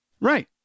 Right